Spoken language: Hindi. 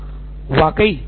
नितिन कुरियन वाक़ई